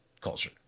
culture